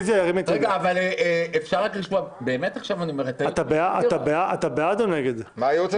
אפשר רגע לשמוע את הייעוץ המשפטי או לא?